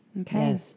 Okay